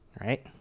right